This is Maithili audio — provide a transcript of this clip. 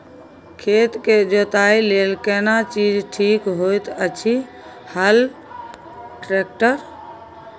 खेत के जोतय लेल केना चीज ठीक होयत अछि, हल, ट्रैक्टर?